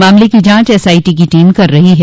मामले की जांच एसआईटी की टीम कर रही है